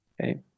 okay